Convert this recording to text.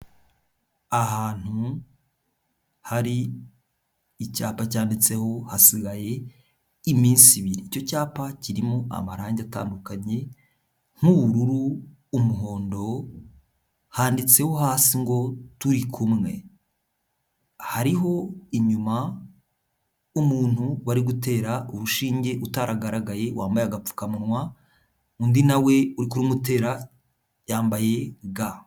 Ahantu hari icyapa cyanditseho hasigaye iminsi ibiri, icyo cyapa kirimo amarangi atandukanye nk'ubururu, umuhondo handitseho hasi ngo turi kumwe, hariho inyuma umuntu wari gutera urushinge utaragaragaye wambaye agapfukamunwa, undi nawe urmutera yambaye ga.